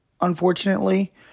unfortunately